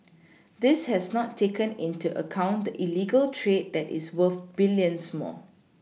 this has not taken into account the illegal trade that is worth BilLions more